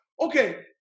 okay